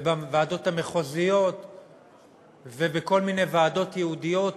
ובוועדות המחוזיות ובכל מיני ועדות ייעודיות